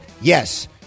Yes